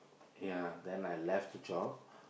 ya then I left the job